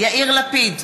יאיר לפיד,